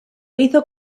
hizo